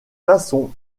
façon